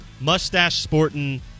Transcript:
mustache-sporting